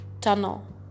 tunnel